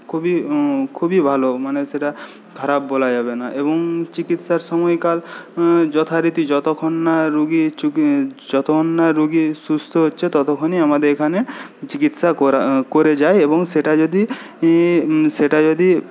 খুবই খুবই ভালো মানে সেটা খারাপ বলা যাবে না এবং চিকিৎসার সময়কাল যথারীতি যতক্ষণ না রুগী যতক্ষণ না রুগী সুস্থ হচ্ছে ততক্ষণই আমাদের এখানে চিকিৎসা করা করে যায় এবং সেটা যদি সেটা যদি